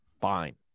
fine